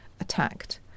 attacked